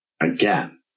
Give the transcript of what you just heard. Again